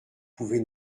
pouvez